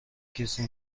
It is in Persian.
کسی